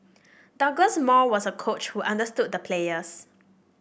Douglas Moore was a coach who understood the players